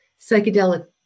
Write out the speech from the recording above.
psychedelic